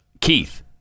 Keith